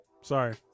sorry